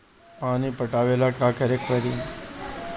पानी पटावेला का करे के परी?